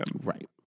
Right